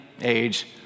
age